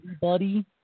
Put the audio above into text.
buddy